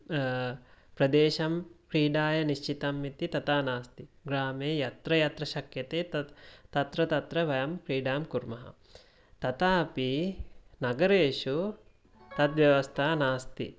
प्रदेशं क्रीडाय निश्चितम् इति तथा नास्ति ग्रामे यत्र यत्र शक्यते तत् तत्र तत्र वयं क्रीडां कुर्मः तथापि नगरेषु तद्व्यवस्था नास्ति